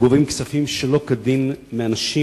גובים כספים שלא כדין מאנשים